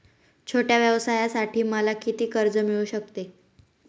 छोट्या व्यवसायासाठी मला किती कर्ज मिळू शकते?